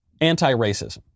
anti-racism